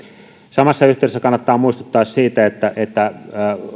samassa yhteydessä kannattaa muistuttaa siitä että että